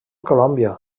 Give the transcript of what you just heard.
colòmbia